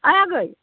औ आगै